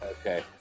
Okay